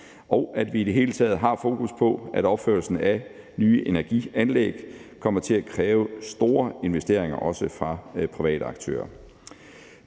og at vi i det hele taget har fokus på, at opførelsen af nye energianlæg kommer til at kræve store investeringer, også fra private aktører.